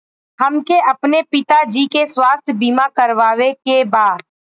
हमके अपने पिता जी के स्वास्थ्य बीमा करवावे के बा?